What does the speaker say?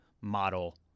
model